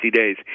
days